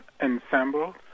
ensemble